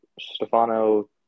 Stefano